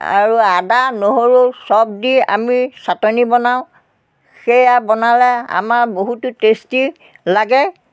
আৰু আদা নহৰু চব দি আমি চাটনি বনাওঁ সেয়া বনালে আমাৰ বহুতো টেষ্টি লাগে